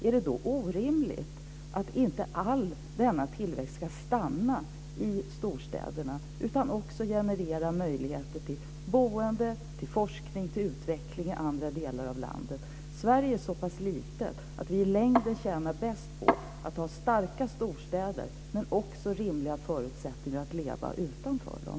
Är det då orimligt att all denna tillväxt inte ska stanna i storstäderna utan också generera möjligheter till boende, forskning och utveckling i andra delar i landet? Sverige är så pass litet att vi i längden tjänar bäst på att ha starka storstäder men också rimliga förutsättningar att leva utanför dem.